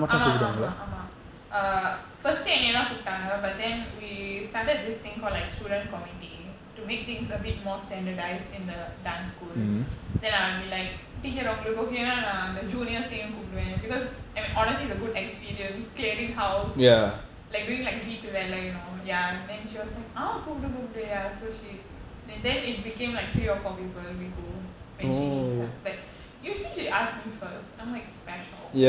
ஆமாஆமாஆமா:aama aama aama first என்னயதாகூப்பிட்டாங்க:ennayatha kooptaanka but then we started this thing called like student committee to make things a bit more standardised in the dance school then I'll be like teacher உங்களுக்குஒகேனாநான்அந்த:unkaluku okayna naan antha the junior யும்கூப்பிடுவேன்:yum koopiduven because I mean honestly it's a good experience clearing house like doing like வீட்டுவேலை:veetu velai you know ya then she was like ஆங்கூப்டுகூப்பிடு:aang koopdu koopidu so she then then it became like three or four people we go when she needs help but usually she ask me first I'm like special